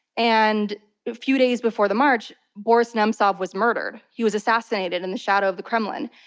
and a few days before the march, boris nemtsov was murdered. he was assassinated in the shadow of the kremlin.